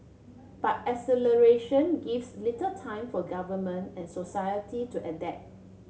but acceleration gives little time for government and society to adapt